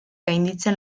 gainditzen